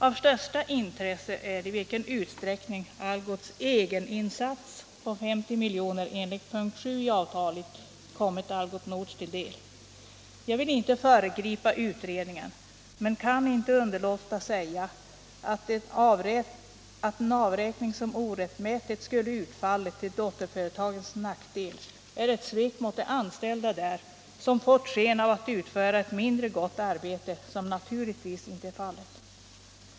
Av största intresse är i vilken utsträckning Algots egen insats på 50 miljoner enligt p. 7 i avtalet kommit Algots Nord till del. Jag vill inte föregripa utredningen men kan inte underlåta att säga att en avräkning som orättmätigt skulle ha utfallit till dotterföretagets nackdel vore ett svek mot de anställda där, som getts sken av att utföra ett mindre gott arbete — vilket naturligtvis inte är fallet.